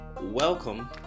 Welcome